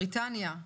בריטניה.